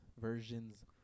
versions